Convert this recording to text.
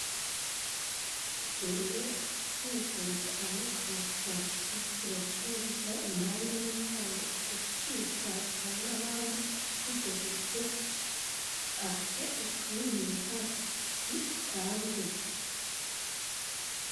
Iguriro ibicuruzwa bitandukanye kubacuruzi bacururiza impande n'impande kubiciro utasanga ahandi tubikugereze aho utuye ntakiguzi utanze.